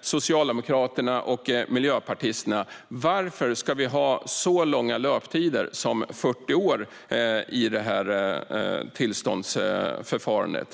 socialdemokraterna och miljöpartisterna: Varför ska vi ha så långa löptider som 40 år i detta tillståndsförfarande?